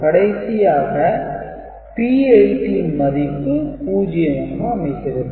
கடைசியாக P8 ன் மதிப்பு 0 ஆக அமைகிறது